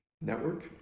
network